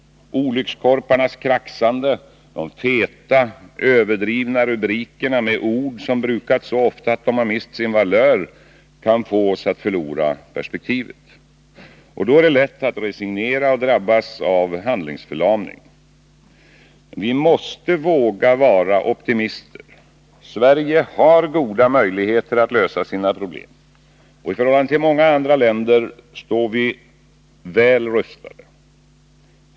Olyckskorparnas kraxande, de feta, överdrivna rubrikerna med ord som brukats så ofta att de mist sin valör, kan få oss att förlora perspektivet. Då är det lätt att resignera och drabbas av handlingsförlamning. Vi måste våga vara optimister. Sverige har goda möjligheter att lösa sina problem. I förhållande till många andra länder står Sverige väl rustat.